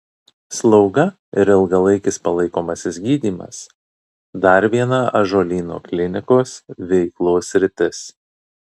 slauga ir ilgalaikis palaikomasis gydymas dar viena ąžuolyno klinikos veiklos sritis